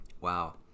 Wow